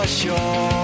sure